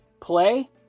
Play